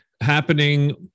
happening